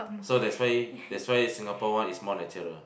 so that's why that's why Singapore one is more natural